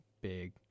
big